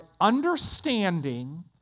understanding